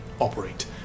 operate